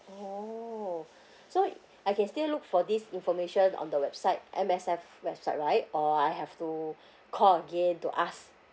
oh so I can still look for this information on the website M_S_F website right or I have to call again to ask